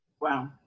Wow